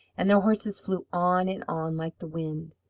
and their horses flew on and on like the wind.